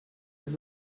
ist